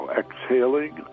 exhaling